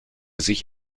sich